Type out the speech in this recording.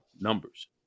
numbers